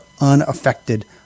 unaffected